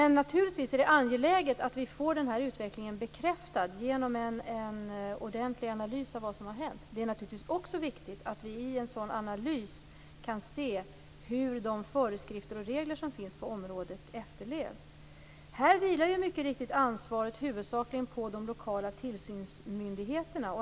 Naturligtvis är det angeläget att vi får den här utvecklingen bekräftad genom en ordentlig analys av vad som har hänt. Det är naturligtvis också viktigt att vi i en sådan analys kan se hur de föreskrifter och regler som finns på området efterlevs. Här vilar mycket riktigt ansvaret huvudsakligen på de lokala tillsynsmyndigheterna.